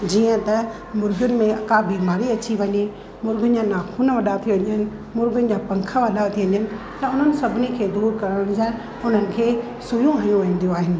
जीअं त मुर्गियुनि में का बीमारी अची वञे मुर्गियुनि जा नाखून वॾा थी वञनि मुर्गियुनि जा पंख वॾा थी वञनि त उन्हनि सभिनी खे दूरु करण लाइ उन्हनि खे सुयूं हंयूं वेंदियूं आहिनि